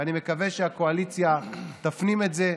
ואני מקווה שהקואליציה תפנים את זה,